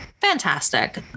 fantastic